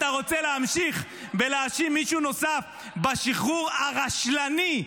אתה רוצה להמשיך ולהאשים מישהו נוסף בשחרור הרשלני,